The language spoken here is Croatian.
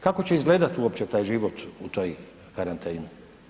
Kako će izgledat uopće taj život u toj karanteni?